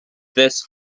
this